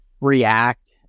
react